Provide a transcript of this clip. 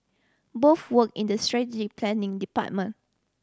both worked in the strategic planning department